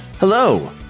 Hello